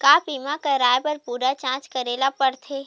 का बीमा कराए बर पूरा जांच करेला पड़थे?